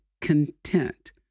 content